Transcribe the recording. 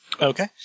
Okay